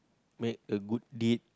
make a good deed